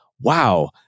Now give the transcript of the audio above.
wow